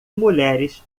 mulheres